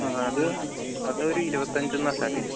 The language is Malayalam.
ആ അത് അതൊരു ഇരുപത്തിയഞ്ചിന്ന് സ്റ്റാർട്ടിങ്